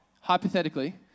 hypothetically